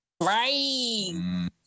Right